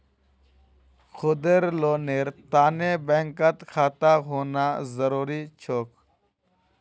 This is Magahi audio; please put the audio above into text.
खुदेर लोनेर तने बैंकत खाता होना जरूरी छोक